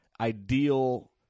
ideal